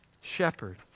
Shepherd